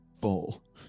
Fall